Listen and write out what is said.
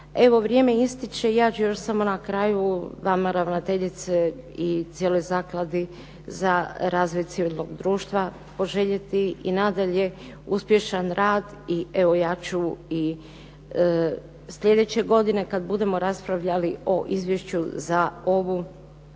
Evo, vrijeme ističe, ja ću još samo na kraju vama ravnateljice i cijeloj zakladi za razvoj civilnog društva poželjeti i nadalje uspješan rad i evo ja ću i sljedeće godine kad budemo raspravljali o izvješću za ovu